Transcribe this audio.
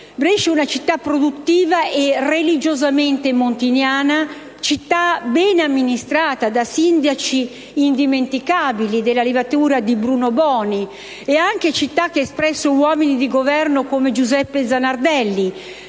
Martinazzoli. Città produttiva e religiosamente montiniana, città bene amministrata da sindaci indimenticabili della levatura di Bruno Boni e anche città che ha espresso uomini di governo come Giuseppe Zanardelli,